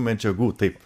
medžiagų taip